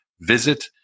Visit